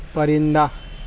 پرندہ